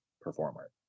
performer